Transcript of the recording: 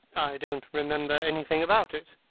don't remember anything about it.